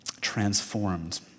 transformed